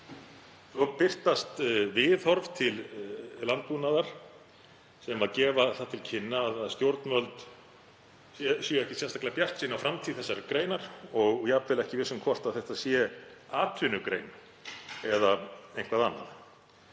Það birtast viðhorf til landbúnaðar sem gefa það til kynna að stjórnvöld séu ekki sérstaklega bjartsýn á framtíð þessarar greinar og jafnvel ekki viss um hvort þetta sé atvinnugrein eða eitthvað annað.